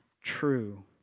true